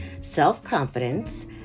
self-confidence